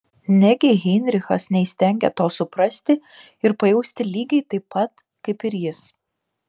negi heinrichas neįstengia to suprasti ir pajausti lygiai taip pat kaip ir jis